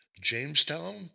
Jamestown